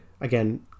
Again